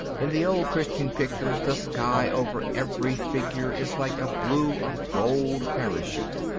in the old christian pictures the sky over every figure is like a blue or gold parachute.